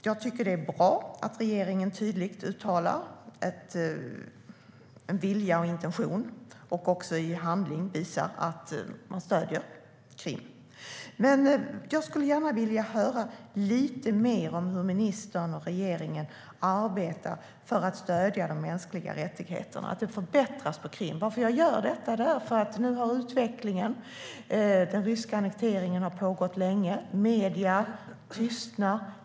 Jag tycker att det är bra att regeringen tydligt uttalar en vilja och en intention att stödja Krim och även visar i handling att man gör det. Men jag skulle gärna vilja höra lite mer om hur ministern och regeringen arbetar för att stödja att de mänskliga rättigheterna förbättras på Krim. Jag gör detta eftersom den ryska annekteringen nu har pågått länge. Medierna tystnar.